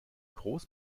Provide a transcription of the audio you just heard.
groß